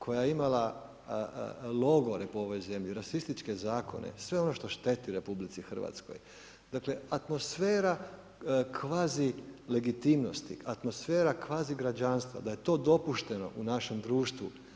Koja je imala logore po ovome zemlji, rasističke zakone, sve ono što šteti RH, dakle atmosfera kvazilegitimnosti, atmosfera kvazigrađanstva, da je to dopušteno u našem društvu.